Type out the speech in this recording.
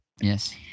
Yes